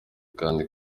kandi